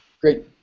Great